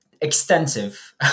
extensive